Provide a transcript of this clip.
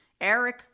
Eric